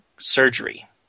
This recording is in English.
surgery